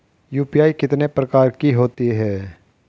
UPI कितने प्रकार की होती हैं?